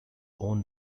own